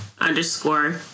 underscore